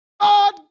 God